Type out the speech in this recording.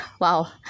wow